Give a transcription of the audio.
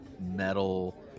Metal